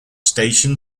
station